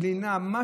ולינה.